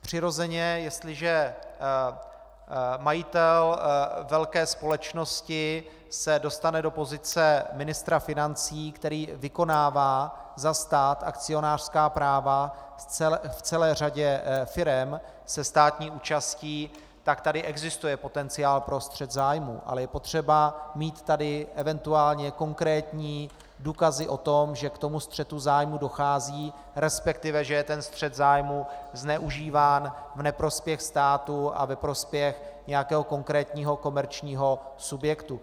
Přirozeně, jestliže majitel velké společnosti se dostane do pozice ministra financí, který vykonává za stát akcionářská práva v celé řadě firem se státní účastí, tak tady existuje potenciál pro střet zájmů, ale je potřeba mít tady eventuálně konkrétní důkazy o tom, že k tomu střetu zájmu dochází, respektive že je ten střet zájmů zneužíván v neprospěch státu a ve prospěch nějakého konkrétního komerčního subjektu.